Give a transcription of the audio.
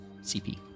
CP